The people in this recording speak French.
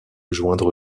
joindre